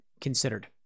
considered